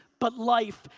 but life.